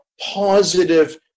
positive